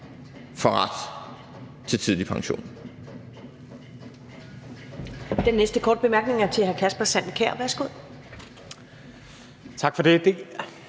ret til tidlig pension